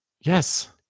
yes